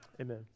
Amen